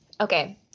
Okay